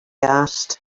asked